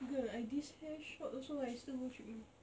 girl I this hair short also I still go treatment